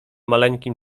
maleńkim